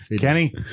Kenny